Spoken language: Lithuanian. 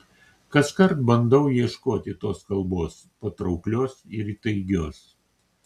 kaskart bandau ieškoti tos kalbos patrauklios ir įtaigios